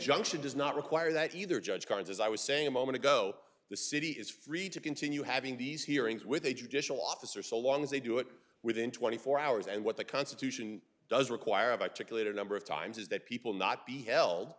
junction does not require that either judge barnes as i was saying a moment ago the city is free to continue having these hearings with a judicial officer so long as they do it within twenty four hours and what the constitution does require of articulated a number of times is that people not be hel